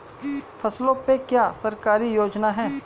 फसलों पे क्या सरकारी योजना है?